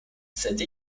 cette